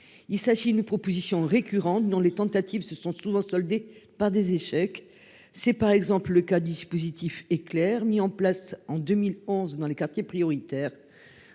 Il s'agit d'une proposition récurrente, dont la mise en oeuvre s'est souvent soldée par un échec. Ce fut par exemple le cas du dispositif Éclair mis en place en 2011 dans les quartiers prioritaires.